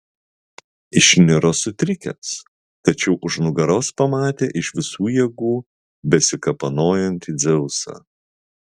išniro sutrikęs tačiau už nugaros pamatė iš visų jėgų besikapanojantį dzeusą